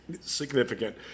significant